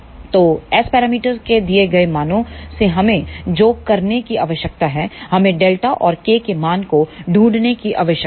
तो S parameters के दिए गए मानों से हमें जो करने की आवश्यकता है हमें Δ और k के मान को ढूंढने की आवश्यकता है